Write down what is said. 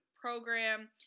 program